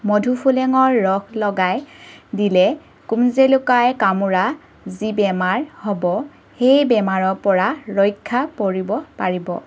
মধুসোলেঙৰ ৰস লগাই দিলে কুমজেলুকাই কামোৰা যি বেমাৰ হ'ব সেই বেমাৰৰ পৰা ৰক্ষা পৰিব পাৰিব